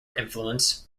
influence